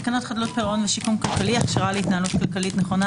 תקנות חדלות פירעון ושיקום כלכלי (הכשרה להתנהלות כלכלית נכונה),